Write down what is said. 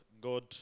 God